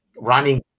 running